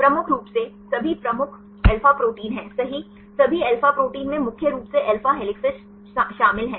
प्रमुख रूप से सभी प्रमुख अल्फा प्रोटीन हैं सही सभी अल्फा प्रोटीन में मुख्य रूप से अल्फा हेलिसेस शामिल हैं